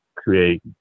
create